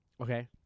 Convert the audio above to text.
okay